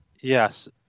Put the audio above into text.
Yes